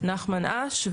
נחמן אש.